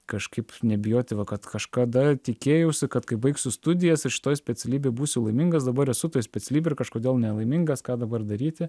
kažkaip nebijoti va kad kažkada tikėjausi kad kai baigsiu studijas ir šitoj specialybėj būsiu laimingas dabar esu toj specialybėj ir kažkodėl nelaimingas ką dabar daryti